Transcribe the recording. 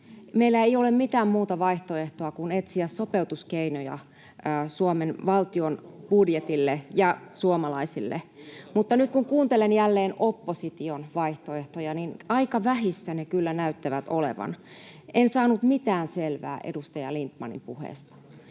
Meillä ei ole mitään muuta vaihtoehtoa kuin etsiä sopeutuskeinoja Suomen valtion budjetille ja suomalaisille. Mutta nyt kun kuuntelen jälleen opposition vaihtoehtoja, niin aika vähissä ne kyllä näyttävät olevan. En saanut mitään selvää edustaja Lindtmanin puheesta.